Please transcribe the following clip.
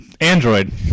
android